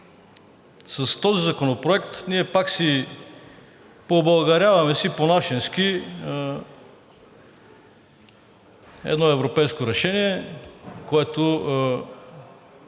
с този законопроект ние пак си побългаряваме по нашенски едно европейско решение, което